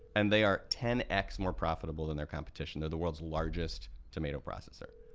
and they are ten x more profitable than their competition. they're the world's largest tomato processor,